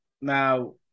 Now